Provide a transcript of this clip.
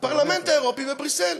הפרלמנט האירופי בבריסל.